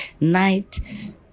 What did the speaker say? night